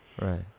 right